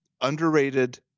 Underrated